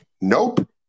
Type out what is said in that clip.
Nope